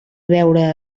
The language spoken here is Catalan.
veure